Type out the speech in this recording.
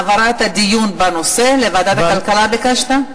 העברת הדיון בנושא, לוועדת הכלכלה ביקשת?